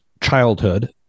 childhood